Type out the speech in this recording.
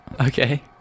Okay